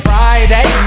Friday